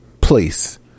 place